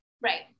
Right